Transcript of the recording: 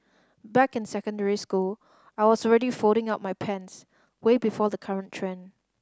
back in secondary school I was already folding up my pants way before the current trend